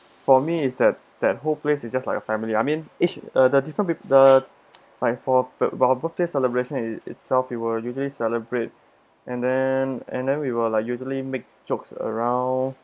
for me is that that whole place it just like a family I mean each the the different peo~ the like for whiley birthday celebration it itself it were usually celebrate and then and then we will like usually make jokes around